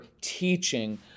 teaching